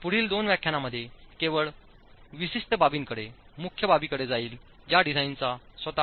मी पुढील दोन व्याख्यानांमध्ये केवळ विशिष्ट बाबींकडे मुख्य बाबींकडे जाईल ज्या डिझाइनचा स्वतःच आधार बनतात